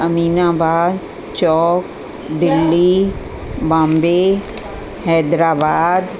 Aminabagh chowk Delhi Bombay Hyderabad